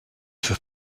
veux